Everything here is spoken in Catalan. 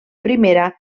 primera